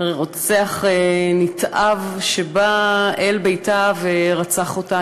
רוצח נתעב שבא אל ביתה ורצח אותה.